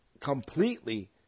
completely